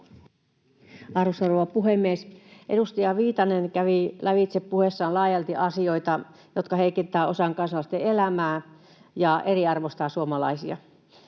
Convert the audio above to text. Arvoisa rouva puhemies! Edustaja Viitanen kävi lävitse puheessaan laajalti asioita, jotka heikentävät osan kansalaisista elämää ja eriarvoistavat suomalaisia.